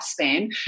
lifespan